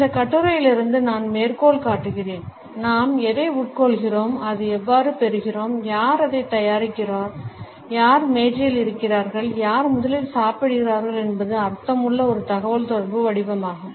இந்த கட்டுரையிலிருந்து நான் மேற்கோள் காட்டுகிறேன் "நாம் எதை உட்கொள்கிறோம் அதை எவ்வாறு பெறுகிறோம் யார் அதைத் தயாரிக்கிறோம் யார் மேஜையில் இருக்கிறார்கள் யார் முதலில் சாப்பிடுகிறார்கள் என்பது அர்த்தமுள்ள ஒரு தகவல்தொடர்பு வடிவமாகும்